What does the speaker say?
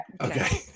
Okay